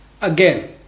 again